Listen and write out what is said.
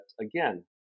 again